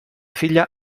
figlia